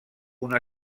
una